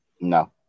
No